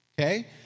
Okay